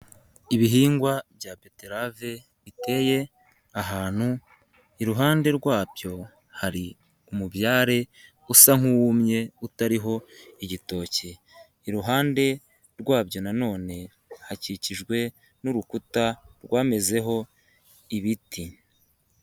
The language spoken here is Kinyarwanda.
Ibihingwa bya beterave biteye ahantu, iruhande rwabyo hari umubyare usa nk'uwumye utariho igitoki iruhande rwabyo nanone hakikijwe n'urukuta rwamezeho ibiti.